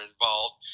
involved